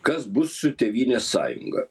kas bus su tėvynės sąjunga